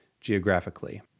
geographically